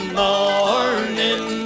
morning